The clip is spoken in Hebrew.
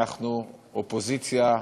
אנחנו אופוזיציה,